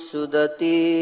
Sudati